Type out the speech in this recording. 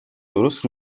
درست